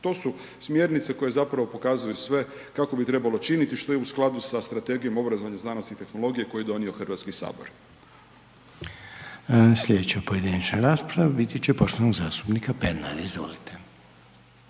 To su smjernice koje zapravo pokazuju sve kako bi trebalo činiti, što je u skladu sa strategijom obrazovnih znanosti i tehnologije koje je donio HS. **Reiner, Željko (HDZ)** Sljedeća pojedinačna rasprava bit će poštovanog zastupnika Pernara, izvolite.